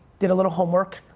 did a little homework,